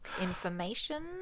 information